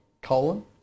Colon